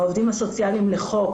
העובדים הסוציאליים לחוק,